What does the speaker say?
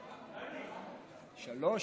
שלוש?